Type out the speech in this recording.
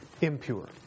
impure